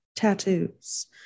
tattoos